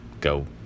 go